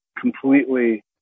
completely